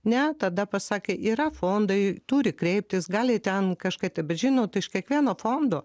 ne tada pasakė yra fondai turi kreiptis gali ten kažką tai bet žinot iš kiekvieno fondo